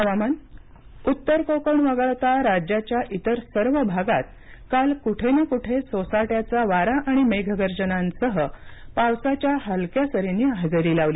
हवामान उत्तर कोकण वगळता राज्याच्या इतर सर्व भागात काल कुठेना कुठे सोसाट्याचा वारा आणि मेघगर्जनांसह पावसाच्या सरींनी हजेरी लावली